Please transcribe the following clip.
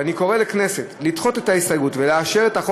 ואני קורא לכנסת לדחות את ההסתייגויות ולאשר את הצעת